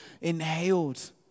inhaled